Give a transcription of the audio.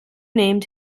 named